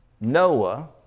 Noah